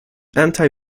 anti